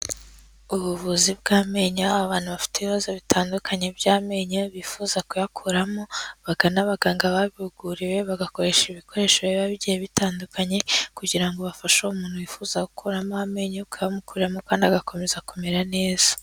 Ubuvuzi bw'amenyo, abantu bafite ibibazo bitandukanye by'amenyo bifuza kuyakuramo bagana n'abaganga babihuguriwe, bagakoresha ibikoresho biba bigiye bitandukanye kugira ngo bafashe umuntu wifuza gukuramo amenyo ukayamukuramo, kandi agakomeza kumera neza.